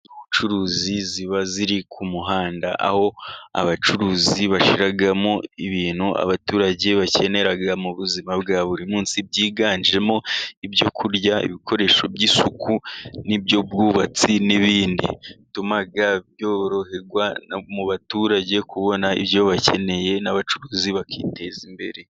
Inzu z'ubucuruzi ziba ziri ku muhanda aho abacuruzi bashiramo ibintu abaturage bakenera mu buzima bwa buri munsi byiganjemo: ibyokurya, ibikoresho by'isuku, n'iby'ubwubatsi, n'ibindi bituma byoroherwa mu baturage kubona, ibyo bakeneye n'abacuruzi bakiteza imbere.